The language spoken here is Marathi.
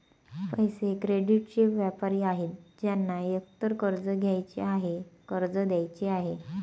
पैसे, क्रेडिटचे व्यापारी आहेत ज्यांना एकतर कर्ज घ्यायचे आहे, कर्ज द्यायचे आहे